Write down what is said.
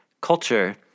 culture